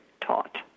taught